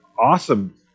Awesome